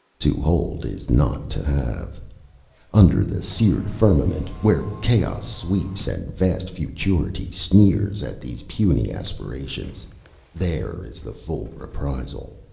to hold is not to have under the seared firmament where chaos sweeps, and vast futurity sneers at these puny aspirations there is the full reprisal.